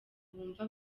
bumva